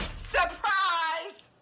surprise!